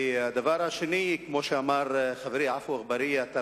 הדבר השני, כמו שאמר חברי עפו אגבאריה, אתה